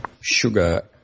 sugar